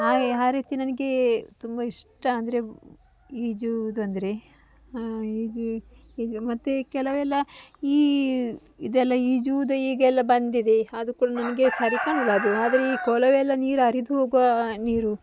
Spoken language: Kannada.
ಹಾಗೆ ಆ ರೀತಿ ನನಗೆ ತುಂಬ ಇಷ್ಟ ಅಂದರೆ ಈಜುವುದು ಅಂದರೆ ಈಜು ಈಗ ಮತ್ತೆ ಕೆಲವೆಲ್ಲ ಈ ಇದೆಲ್ಲ ಈಜುವುದು ಈಗೆಲ್ಲ ಬಂದಿದೆ ಅದು ಕೂಡ ನಮಗೆ ಸರಿ ಕಾಣಲ್ಲ ಅದು ಆದರೆ ಈ ಕೊಳವೆಲ್ಲ ನೀರು ಹರಿದು ಹೋಗುವ ನೀರು